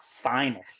finest